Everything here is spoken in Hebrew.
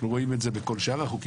אנחנו רואים את זה בכל שאר החוקים,